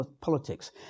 politics